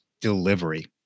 delivery